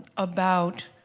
about